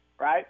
right